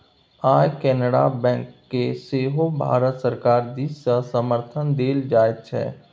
आय केनरा बैंककेँ सेहो भारत सरकार दिससँ समर्थन देल जाइत छै